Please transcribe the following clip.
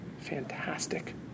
fantastic